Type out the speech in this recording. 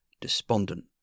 despondent